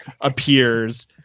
appears